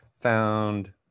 found